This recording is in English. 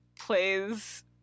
plays